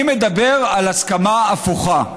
אני מדבר על הסכמה הפוכה.